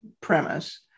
premise